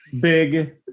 big